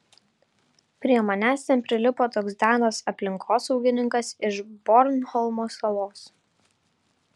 prie manęs ten prilipo toks danas aplinkosaugininkas iš bornholmo salos